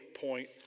point